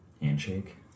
Handshake